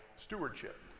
stewardship